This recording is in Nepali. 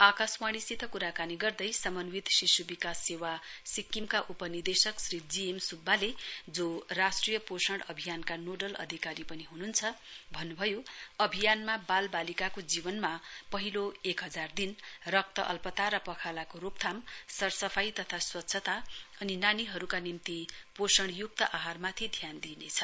आकाशवाणीसित कुराकानी गर्दै समन्वित शिशु विकास सेवा सिक्किमका उपनिदेशक श्री जी एम सुब्बाले जो राष्ट्रिय पोषण अभियानका नोडल अधिकारी पनि हुनुहुन्छ भन्नुभयो अभियानमा बाल बालिकाको जीवनका पहिलो एकहजार दिन रक्त अल्पता र पखालाको रोकथाम सर सफाई तथा स्वच्छता अनि नानीहरूका निम्ति पोषणयुक्त आहारमाथि ध्यान दिइनेछ